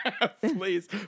Please